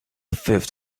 fifth